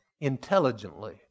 intelligently